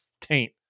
taint